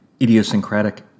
Idiosyncratic